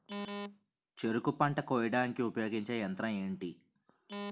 చెరుకు పంట కోయడానికి ఉపయోగించే యంత్రం ఎంటి?